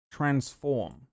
Transform